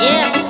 Yes